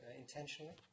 intentionally